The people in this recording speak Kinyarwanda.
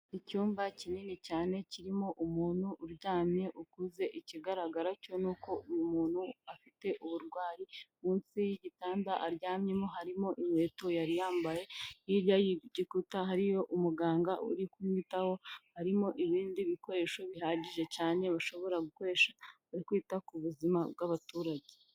Icyumba kinini cyane kirimo umuntu uryamye ukuze ikigaragara cyo ni uko uyu muntu afite uburwayi munsi y'igitanda aryamyemo harimo inkweto yari yambaye, hirya y'igikuta hariyo umuganga uri kumwitaho harimo ibindi bikoresho bihagije cyane ushobora gukoresha uri kwita ku buzima bw'abaturage.